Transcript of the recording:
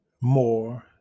more